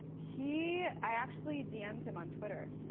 he i actually dm'd him on twitter.